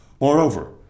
Moreover